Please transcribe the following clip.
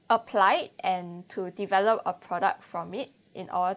applied and to develop a product from it in or~